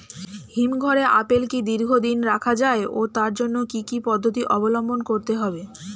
হিমঘরে আপেল কি দীর্ঘদিন রাখা যায় ও তার জন্য কি কি পদ্ধতি অবলম্বন করতে হবে?